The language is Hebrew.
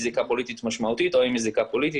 זיקה פוליטית משמעותית או האם היא זיקה פוליטית.